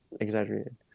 exaggerated